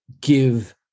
give